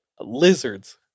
lizards